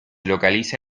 localiza